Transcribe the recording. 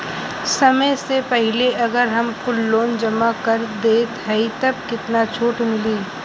समय से पहिले अगर हम कुल लोन जमा कर देत हई तब कितना छूट मिली?